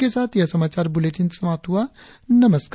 इसी के साथ यह समाचार बुलेटिन समाप्त हुआ नमस्कार